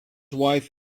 wife